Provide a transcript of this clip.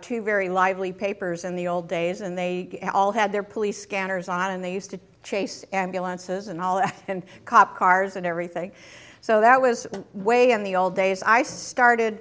two very lively papers in the old days and they all had their police scanners on and they used to chase ambulances and all that and cop cars and everything so that was a way in the old days i started